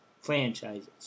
franchises